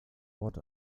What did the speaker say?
ort